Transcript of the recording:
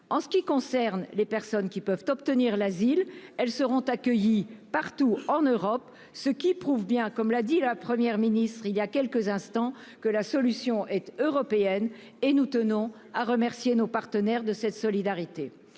rappelé, avec l'Ofpra. Ceux qui peuvent obtenir l'asile seront accueillis partout en Europe, ce qui prouve bien, comme l'a dit la Première ministre il y a quelques instants, que la solution est européenne- et nous tenons à remercier nos partenaires de cette solidarité.